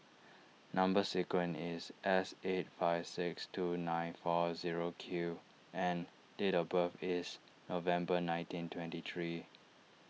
Number Sequence is S eight five six two nine four zero Q and date of birth is November nineteen twenty three